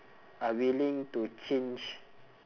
are willing to change